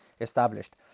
established